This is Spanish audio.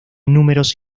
números